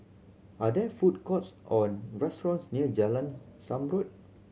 are there food courts or restaurants near Jalan Zamrud